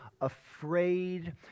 afraid